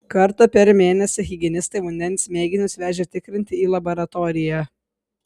kartą per mėnesį higienistai vandens mėginius vežė tikrinti į laboratoriją